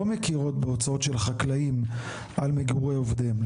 מכירות בהוצאות של חקלאים על מגורי עובדיהם.